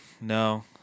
No